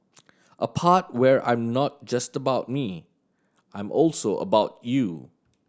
a part where I'm not just about me I'm also about you